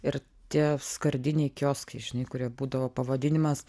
ir tie skardiniai kioskai žinai kurie būdavo pavadinimas